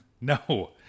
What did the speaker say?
No